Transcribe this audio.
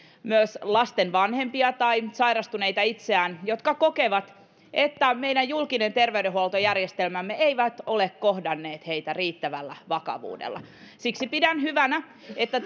myös lasten vanhempia tai itse sairastuneita jotka kokevat että meidän julkinen terveydenhuoltojärjestelmämme ei ole kohdannut heitä riittävällä vakavuudella siksi pidän hyvänä että